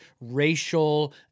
racial